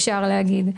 אפשר לומר.